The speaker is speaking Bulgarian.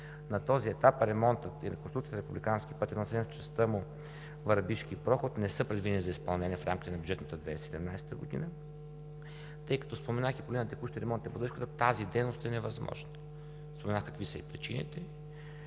На този етап ремонтът и реконструкцията на Републикански пътен възел в частта му Върбишки проход, не са предвидени за изпълнение в рамките на Бюджетната 2017 г. Тъй като споменах и по линия текущи ремонти и поддръжката тази дейност е невъзможна. Споменах какви са и причините.